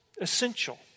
essential